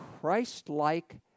Christ-like